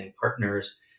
partners